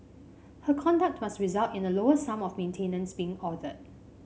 her conduct must result in a lower sum of maintenance being ordered